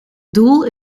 doel